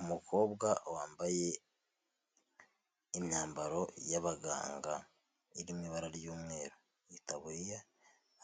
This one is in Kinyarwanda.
Umukobwa wambaye imyambaro y'abaganga iri mu ibara ry'umweru itaburiya,